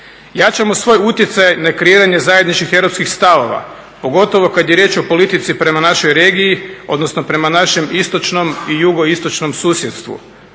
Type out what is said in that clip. Jačamo svoj utjecaj na kreiranje zajedničkih europskih stavova, pogotovo kad je riječ o politici prema našoj regiji, odnosno prema našem istočnom i JI susjedstvu.